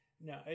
No